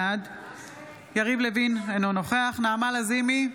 בעד יריב לוין, אינו נוכח נעמה לזימי,